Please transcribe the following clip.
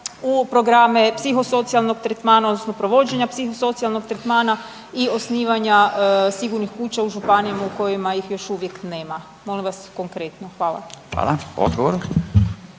u programe psihosocijalnog tretmana odnosno provođenja psihosocijalnog tretmana i osnivanja sigurnih kuća u županijama u kojima ih još uvijek nema. Molim vas konkretno. Hvala. **Radin,